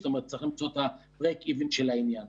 זאת אומרת צריך למצוא את ה-break-even של העניין.